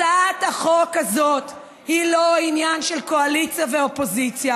הצעת החוק הזאת היא לא עניין של קואליציה ואופוזיציה,